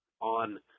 on